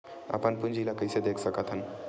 अपन पूंजी ला कइसे देख सकत हन?